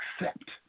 accept